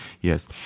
yes